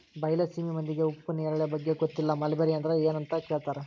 ಬೈಲಸೇಮಿ ಮಂದಿಗೆ ಉಪ್ಪು ನೇರಳೆ ಬಗ್ಗೆ ಗೊತ್ತಿಲ್ಲ ಮಲ್ಬೆರಿ ಅಂದ್ರ ಎನ್ ಅಂತ ಕೇಳತಾರ